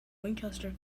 winchester